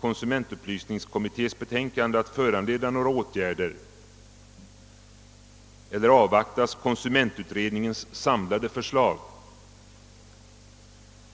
konsumentupplysningskommittés betänkande att föranleda några åtgärder eller avvaktas konsumentutredningens samlade förslag?